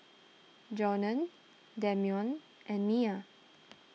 Johnna Damion and Nia